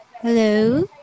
Hello